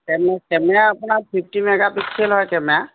কেমু camera আপোনাৰ fifty mega পিক্সেলৰ camera